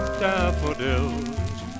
daffodils